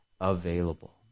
available